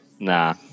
Nah